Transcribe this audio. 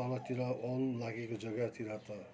तलतिर ओंग लागेको जग्गातिर त